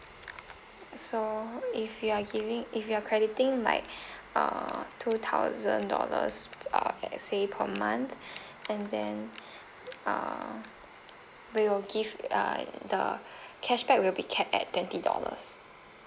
so if you are giving if you are crediting like uh two thousand dollars uh let's say per month and then uh we will give err the cashback will be capped at twenty dollars